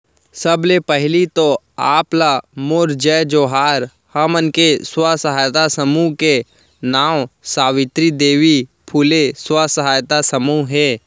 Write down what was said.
सबले पहिली तो आप ला मोर जय जोहार, हमन के स्व सहायता समूह के नांव सावित्री देवी फूले स्व सहायता समूह हे